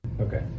Okay